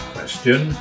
Question